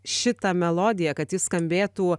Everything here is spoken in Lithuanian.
šitą melodiją kad ji skambėtų